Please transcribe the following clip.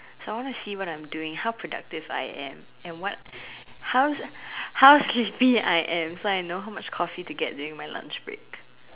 I want to see what I'm doing how productive I am and what how how sleepy I am so I know how much Coffee to get during my lunch break